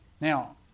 Now